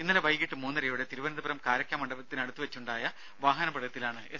ഇന്നലെ വൈകീട്ട് മൂന്നരയോടെ തിരുവനന്തപുരം കാരയ്ക്കാമണ്ഡപത്തിനടുത്ത് വെച്ചുണ്ടായ വാഹനാപകടത്തിലാണ് എസ്